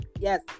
yes